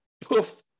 poof